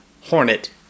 hornet